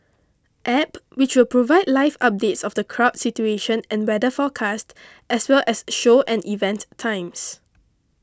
App which will provide live updates of the crowd situation and weather forecast as well as show and event times